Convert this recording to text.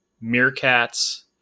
meerkats